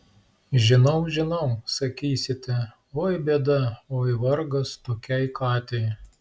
žinau žinau sakysite oi bėda oi vargas tokiai katei